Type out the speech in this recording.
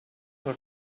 her